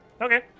okay